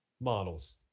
models